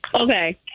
Okay